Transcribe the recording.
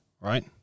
right